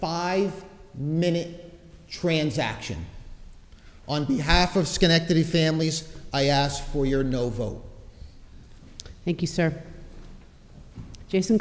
five minute transaction on behalf of schenectady families i ask for your no vote thank you sir jason